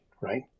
Right